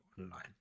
online